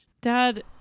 Dad